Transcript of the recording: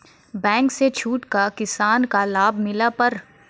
Bank से छूट का किसान का लाभ मिला पर?